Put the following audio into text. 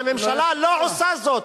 והממשלה לא עושה זאת.